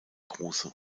große